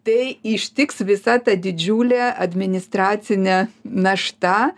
tai ištiks visa ta didžiulė administracinė našta